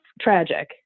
tragic